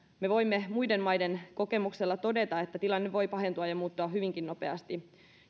me voimme muiden maiden kokemuksella todeta että tilanne voi pahentua ja muuttua hyvinkin nopeasti